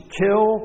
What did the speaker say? kill